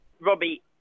robbie